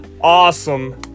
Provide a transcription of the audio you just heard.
awesome